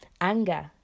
anger